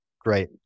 great